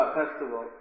festival